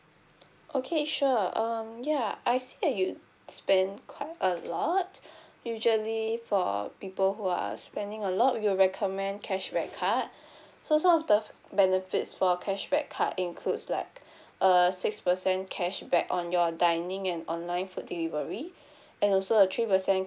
okay sure um ya I see that you spend quite a lot usually for people who are spending a lot we will recommend cashback card so some of the benefits for cashback card includes like uh six percent cashback on your dining and online food delivery and also a three percent